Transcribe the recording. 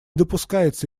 допускается